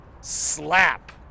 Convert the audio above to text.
slap